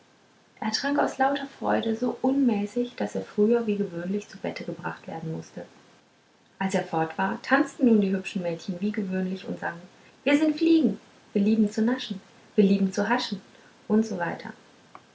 er trank aus lauter freude so unmäßig daß er früher wie gewöhnlich zu bette gebracht werden mußte als er fort war tanzten nun die hübschen mädchen wie gewöhnlich und sangen wir sind fliegen wir lieben zu naschen wir lieben zu haschen usw